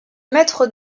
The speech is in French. maître